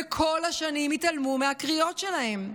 וכל השנים התעלמו מהקריאות שלהם.